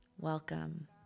Welcome